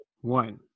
one